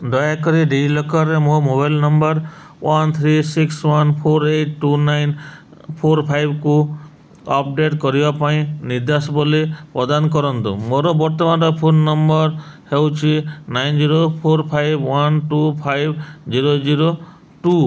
ଦୟାକରି ଡିଜିଲକରରେ ମୋ mobile number one three six one four eight two nine four ଫାଇପକୁ ଅପଡ଼େଟ୍ କରିବା ପାଇଁ ନିର୍ଦ୍ଦେଶବଲୀ ପ୍ରଦାନ କରନ୍ତୁ ମୋର ବର୍ତ୍ତମାନର ଫୋନ ନମ୍ବର ହେଉଛି nine zero four five one two five zero zero two